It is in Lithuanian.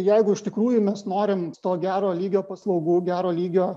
jeigu iš tikrųjų mes norim to gero lygio paslaugų gero lygio